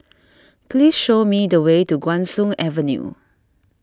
please show me the way to Guan Soon Avenue